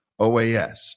OAS